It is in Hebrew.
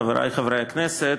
חברי חברי הכנסת,